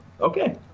okay